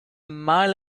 mile